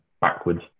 backwards